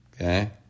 okay